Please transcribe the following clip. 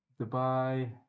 Dubai